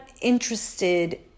interested